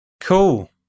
Cool